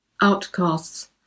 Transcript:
outcasts